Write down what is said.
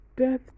Death